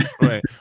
Right